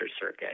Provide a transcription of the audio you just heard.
circuit